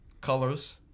colors